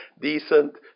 decent